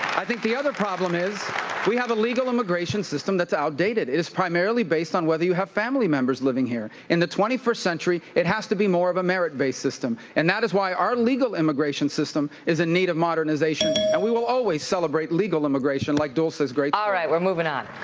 i think the other problem is we have a legal immigration system that's outdated, it's primarily based on whether you have family members living here. in the twenty first century, it has to be more of a merit-based system, and that is why our legal immigration system is in need of modernization. and we will always celebrate legal immigration like dulce's great story. all right. we're moving on.